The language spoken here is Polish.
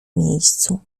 miejscu